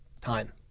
time